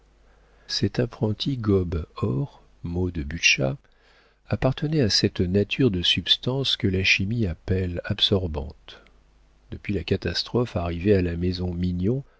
cet apprenti gobe or mot de butscha appartenait à cette nature de substances que la chimie appelle absorbantes depuis la catastrophe arrivée à la maison mignon